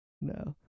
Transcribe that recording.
No